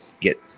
get